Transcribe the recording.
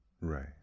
right